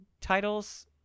titles